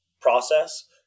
process